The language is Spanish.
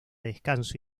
descanso